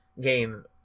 game